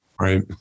Right